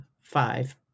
five